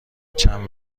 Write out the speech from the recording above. چند